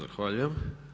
Zahvaljujem.